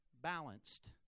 balanced